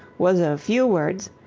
was of few words,